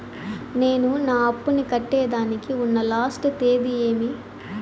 నేను నా అప్పుని కట్టేదానికి ఉన్న లాస్ట్ తేది ఏమి?